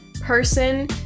person